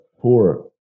poor